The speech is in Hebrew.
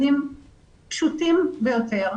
כלים פשוטים ביותר,